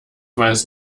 weiß